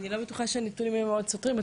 אני לא בטוחה שהנתונים הם מאוד סותרים,